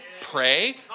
pray